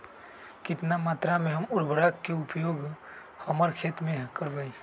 कितना मात्रा में हम उर्वरक के उपयोग हमर खेत में करबई?